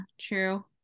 true